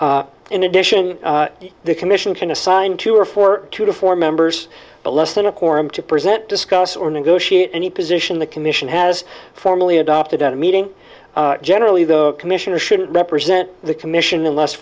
in addition the commission can assign two or four two to four members but less than a corum to present discuss or negotiate any position the commission has formally adopted at a meeting generally the commissioners shouldn't represent the commission unless